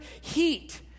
heat